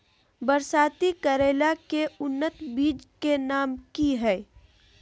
बरसाती करेला के उन्नत बिज के नाम की हैय?